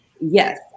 yes